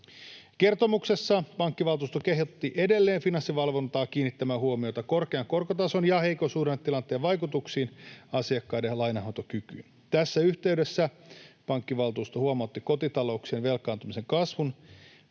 Kertomuksessa pankkivaltuusto kehotti edelleen Finanssivalvontaa kiinnittämään huomiota korkean korkotason ja heikon suhdannetilanteen vaikutuksiin asiakkaiden lainanhoitokykyyn. Tässä yhteydessä pankkivaltuusto huomautti kotitalouksien velkaantumisen kasvun,